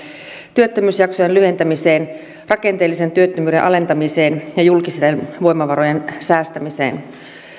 työttömyysjaksojen lyhentämiseen rakenteellisen työttömyyden alentamiseen ja julkisten voimavarojen säästämiseen